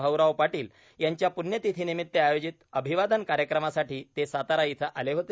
भाऊराव पाटील यांच्या प्ण्यतिथी निमित्त आयोजित अभिवादन कार्यक्रमासाठी ते सातारा इथं आले होते